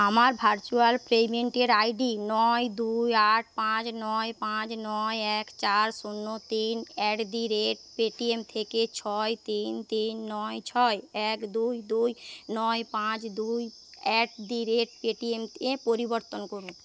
আমার ভার্চুয়াল পেইমেন্টের আইডি নয় দুই আট পাঁচ নয় পাঁচ নয় এক চার শূন্য তিন অ্যাট দি রেট পেটিএম থেকে ছয় তিন তিন নয় ছয় এক দুই দুই নয় পাঁচ দুই অ্যাট দি রেট পেটিএম এ পরিবর্তন করুন